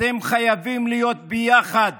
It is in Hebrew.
אתם חייבים להיות ביחד